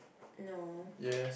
no